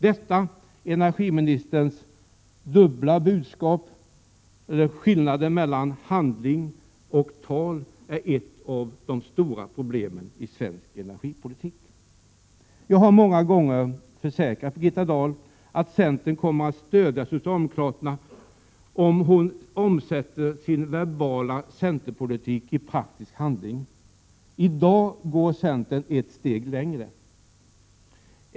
Detta energiministerns dubbla budskap, skillnaden mellan tal och handling, är ett av de stora problemen i svensk energipolitik. Jag har många gånger försäkrat Birgitta Dahl att centern kommer att stödja socialdemokraterna om hon omsätter sin verbala centerpolitik i praktisk handling. I dag går centern ett steg längre.